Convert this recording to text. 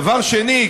דבר שני,